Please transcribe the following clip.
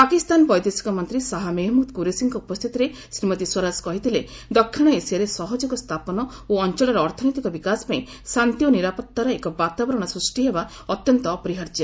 ପାକିସ୍ତାନ ବୈଦେଶିକ ମନ୍ତ୍ରୀ ଶାହା ମେହମୁଦ୍ କୁରେସିଙ୍କ ଉପସ୍ଥିତିରେ ଶ୍ରୀମତୀ ସ୍ୱରାଜ କହିଥିଲେ ଦକ୍ଷିଣ ଏସିଆରେ ସହଯୋଗ ସ୍ଥାପନ ଓ ଅଞ୍ଚଳର ଅର୍ଥନୈତିକ ବିକାଶପାଇଁ ଶାନ୍ତି ଓ ନିରାପତ୍ତାର ଏକ ବାତାବରଣ ସୂଷ୍ଟି ହେବା ଅତ୍ୟନ୍ତ ଅପରିହାର୍ଯ୍ୟ